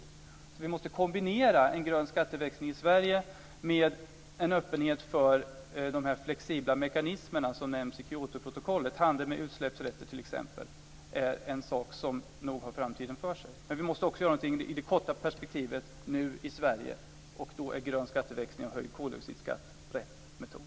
Vi måste alltså kombinera en grön skatteväxling i Sverige med en öppenhet för de flexibla mekanismer som nämns i Kyotoprotokollet. T.ex. är handel med utsläppsrätter nog en sak som har framtiden för sig. Men vi måste också göra någonting i det korta perspektivet nu i Sverige, och då är grön skatteväxling och höjd koldioxidskatt rätt metod.